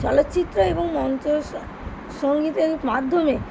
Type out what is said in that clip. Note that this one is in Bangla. চলচ্চিত্র এবং অন্ত সঙ্গীতের মাধ্যমে